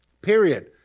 Period